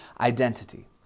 identity